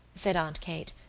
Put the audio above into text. said aunt kate,